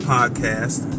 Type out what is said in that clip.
Podcast